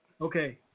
Okay